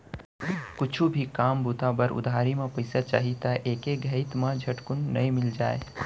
कुछु भी काम बूता बर उधारी म पइसा चाही त एके घइत म झटकुन नइ मिल जाय